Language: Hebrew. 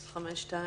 אז נוצר מצב שגם